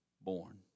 born